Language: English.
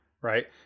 Right